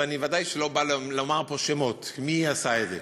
ואני בוודאי לא הולך לומר כאן שמות של מי עשה את זה.